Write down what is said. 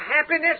happiness